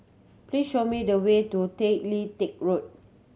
please show me the way to Tay Lian Teck Road